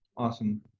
Awesome